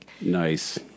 Nice